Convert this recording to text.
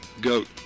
goat